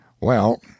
Well